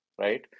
right